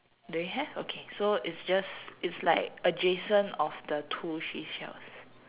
do you have okay so it's just it's like adjacent of the two seashells